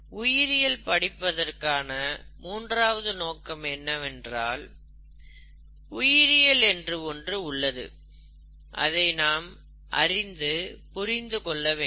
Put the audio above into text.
உயிரியல் படிப்பதற்கான மூன்றாவது நோக்கம் என்னவென்றால் உயிரியல் என்று ஒன்று உள்ளது அதை நாம் அறிந்து புரிந்து கொள்ள வேண்டும்